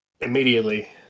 immediately